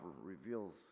reveals